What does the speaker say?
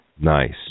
Nice